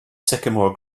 sycamore